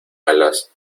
alas